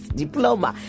diploma